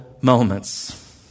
moments